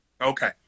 Okay